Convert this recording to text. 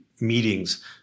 meetings